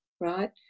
right